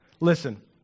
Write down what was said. Listen